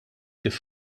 kif